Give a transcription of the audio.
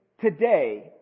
today